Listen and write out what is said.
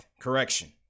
Correction